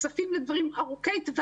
כספים לדברים ארוכי-טווח,